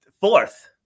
fourth